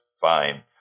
fine